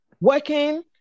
working